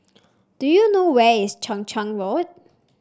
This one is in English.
do you know where is Chang Charn Road